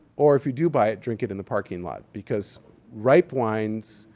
or, if you do buy it, drink it in the parking lot because ripe wines.